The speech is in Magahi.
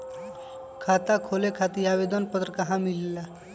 खाता खोले खातीर आवेदन पत्र कहा मिलेला?